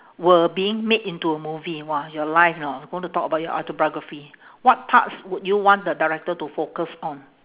were being made into a movie !wah! your life you know going to talk about your autobiography what parts would you want the director to focus on